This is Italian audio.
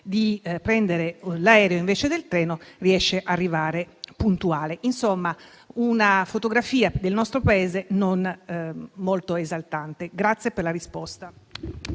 di prendere l'aereo invece del treno riuscirebbe ad arrivare puntuale. Insomma la fotografia del nostro Paese non è molto esaltante.